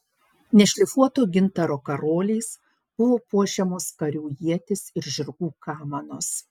nešlifuoto gintaro karoliais buvo puošiamos karių ietys ir žirgų kamanos